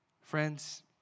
Friends